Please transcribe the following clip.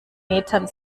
metern